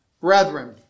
Brethren